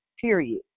Period